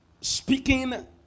speaking